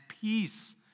peace